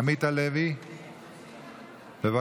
עמית הלוי, בבקשה,